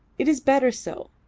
it is better so.